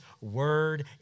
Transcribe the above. word